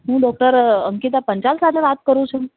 હું ડૉક્ટર અંકિતા પંચાલ સાથે વાત કરું છું